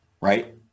right